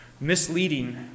misleading